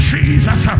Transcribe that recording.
Jesus